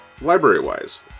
Library-wise